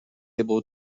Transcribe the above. able